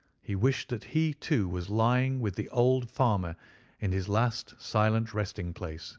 he wished that he, too, was lying with the old farmer in his last silent resting-place